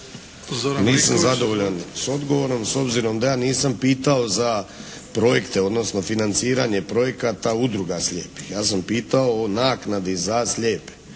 Nisam zadovoljan s odgovorom s obzirom da ja nisam pitao za projekte odnosno financiranje projekata udruga slijepih. Ja sam pitao o naknadi za slijepe,